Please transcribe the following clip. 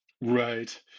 right